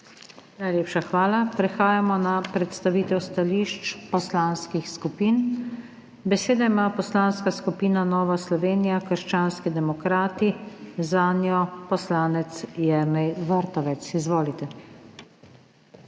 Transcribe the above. Najlepša hvala. Prehajamo na predstavitev stališč poslanskih skupin. Besedo ima Poslanska skupina Nova Slovenija – krščanski demokrati, zanjo poslanec Jernej Vrtovec. Izvolite. JERNEJ